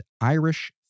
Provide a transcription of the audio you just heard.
Irish